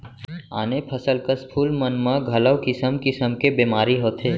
आने फसल कस फूल मन म घलौ किसम किसम के बेमारी होथे